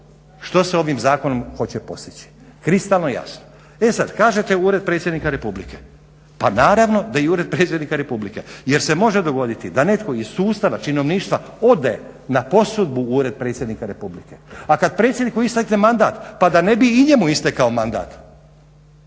što se ovim zakonom hoće postići. E sada, kažete Ured predsjednika Republike, pa naravno da i Ured predsjednik Republike jer se može dogoditi da netko iz sustava činovništva ode na posudbu u Ured predsjednika Republike, a kada predsjedniku istekne mandat pa da ne bi i njemu istekao mandat